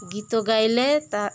ଗୀତ ଗାଇଲେ ତା